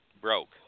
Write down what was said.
broke